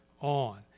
on